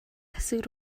тасаг